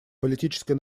политическая